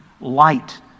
light